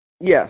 Yes